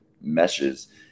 meshes